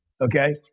Okay